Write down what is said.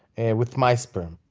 and with my sperm.